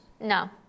no